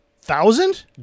Thousand